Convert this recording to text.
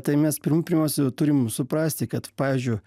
tai mes pirmiausia turim suprasti kad pavyzdžiu